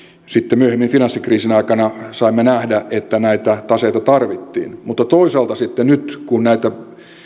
sitten myöhemmin finanssikriisin aikana saimme nähdä että näitä taseita tarvittiin mutta toisaalta sitten nyt kun näitä